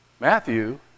Matthew